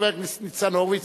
חבר הכנסת ניצן הורוביץ,